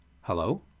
hello